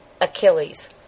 Achilles